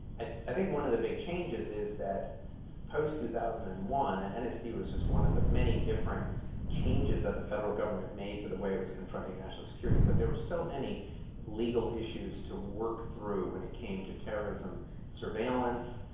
i i think one of the big changes is that post two thousand and one, and and nsd was just one of the many different changes that the federal government made to the way it was confronting national security, but there were so many legal issues to work through when it came to terrorism surveillance,